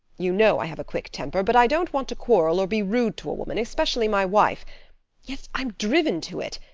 you know i have a quick temper, but i don't want to quarrel or be rude to a woman, especially my wife yet i'm driven to it,